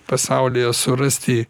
pasaulyje surasti